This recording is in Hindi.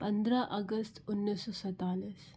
पंद्रह अगस्त उन्नीस सौ सैंतालीस